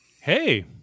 Hey